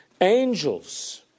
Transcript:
angels